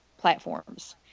platforms